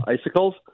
icicles